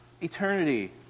Eternity